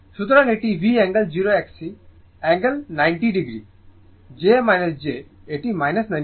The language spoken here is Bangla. সুতরাং এটি V angle 0 XC angle 90o j j এটি 90o